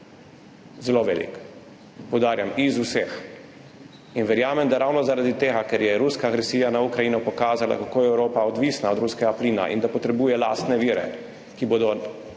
zelo velik. Poudarjam, iz vseh. Verjamem, da ravno zaradi tega, ker je ruska agresija na Ukrajino pokazala, kako je Evropa odvisna od ruskega plina in da potrebuje lastne vire, ki bodo